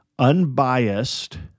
unbiased